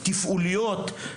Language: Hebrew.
תפעוליות,